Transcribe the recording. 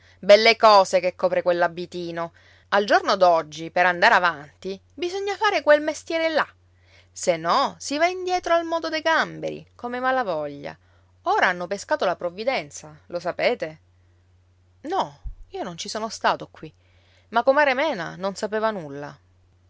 belle cose che copre quell'abitino al giorno d'oggi per andare avanti bisogna fare quel mestiere là se no si va indietro al modo dei gamberi come i malavoglia ora hanno pescato la provvidenza lo sapete no io non ci sono stato qui ma comare mena non sapeva nulla